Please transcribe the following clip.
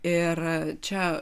ir čia